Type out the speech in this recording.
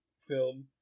film